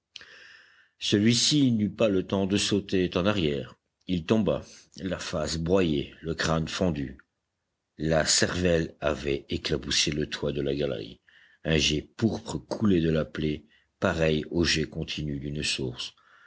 celui-ci n'eut pas le temps de sauter en arrière il tomba la face broyée le crâne fendu la cervelle avait éclaboussé le toit de la galerie un jet pourpre coulait de la plaie pareil au jet continu d'une source